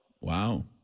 Wow